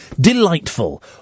delightful